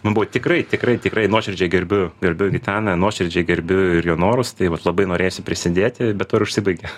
man buvo tikrai tikrai tikrai nuoširdžiai gerbiu gerbiu gitaną nuoširdžiai gerbiu ir jo norus tai vat labai norėjosi prisidėti be tuo ir užsibaigė